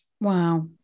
Wow